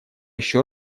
еще